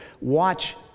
watch